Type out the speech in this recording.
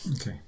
Okay